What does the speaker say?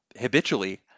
habitually